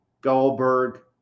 Goldberg